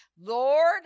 Lord